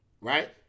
right